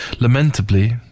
Lamentably